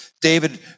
David